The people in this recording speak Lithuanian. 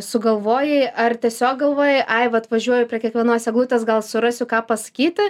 sugalvojai ar tiesiog galvojai ai vat važiuoju prie kiekvienos eglutės gal surasiu ką pasakyti